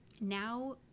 now